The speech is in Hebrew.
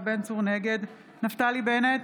נגד נפתלי בנט,